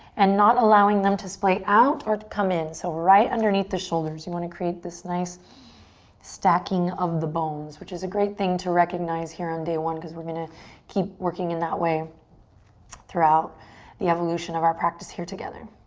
and not allowing them to splay out or to come in. so right underneath the shoulders. you wanna create this nice stacking of the bones. which is a great thing to recognize here on day one because we're gonna keep working in that way throughout the evolution of our practice here together.